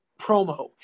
promo